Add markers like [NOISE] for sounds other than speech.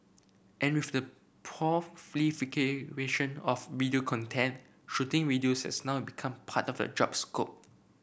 and with the [UNINTELLIGIBLE] of video content shooting videos has now become part of the job scope